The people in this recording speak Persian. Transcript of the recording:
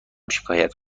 شکایت